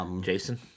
Jason